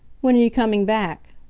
when are you coming back?